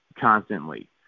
constantly